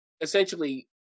essentially